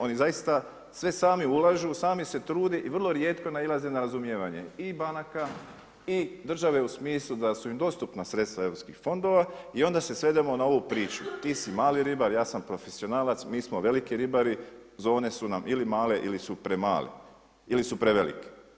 Oni zaista sve sami ulažu, sami se trude i vrlo rijetko nailaze na razumijevanje i banaka i države u smislu da su im dostupna sredstva europskih fondova i onda se svedemo na ovu priču ti si mali ribar, ja sam profesionalac, mi smo veliki ribari, zone su nam ili male ili su premale ili su prevelike.